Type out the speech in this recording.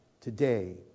today